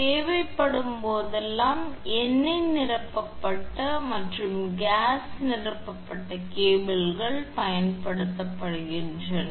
தேவைப்படும் போதெல்லாம் எண்ணெய் நிரப்பப்பட்ட மற்றும் கேஸ் நிரப்பப்பட்ட கேபிள்கள் பயன்படுத்தப்படுகின்றன